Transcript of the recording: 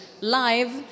live